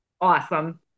awesome